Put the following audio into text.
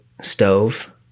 stove